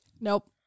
nope